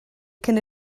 cyn